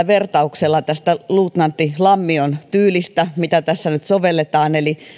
vertauksella luutnantti lammion tyylistä mitä tässä nyt sovelletaan eli